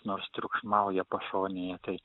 nors triukšmauja pašonėje tai